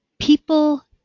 people